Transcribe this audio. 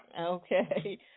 Okay